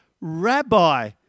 Rabbi